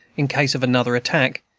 in case of another attack,